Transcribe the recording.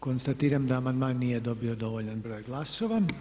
Konstatiram da amandman nije dobio dovoljan broj glasova.